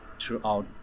throughout